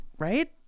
Right